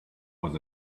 was